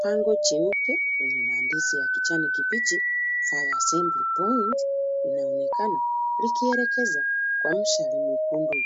Bango jeupe yenye maandishi ya kijani kibichi fire assembly point linaonekana likielekeza kwa mshale mwekundu.